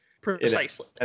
Precisely